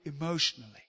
emotionally